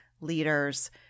leaders